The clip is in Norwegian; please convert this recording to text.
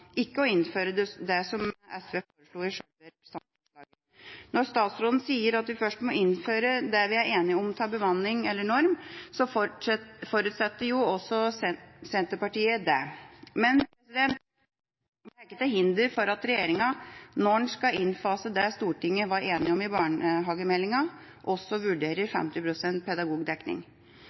ikke å innføre det som SV foreslo i sjølve representantforslaget. Når statsråden sier at vi først må innføre det vi er enige om av bemanning/norm, så forutsetter jo også Senterpartiet det. Men det er ikke til hinder for at regjeringa, når den skal innfase det Stortinget var enige om i barnehagemeldingen, også vurderer 50 pst. pedagogdekning.